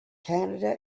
canada